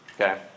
Okay